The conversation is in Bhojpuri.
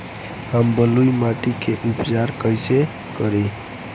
हम बलुइ माटी के उपचार कईसे करि?